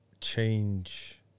change